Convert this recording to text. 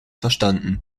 verstanden